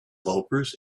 loafers